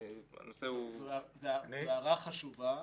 זאת הערה חשובה,